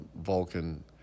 Vulcan